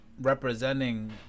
Representing